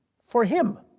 for him.